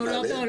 לא.